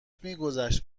میگذشت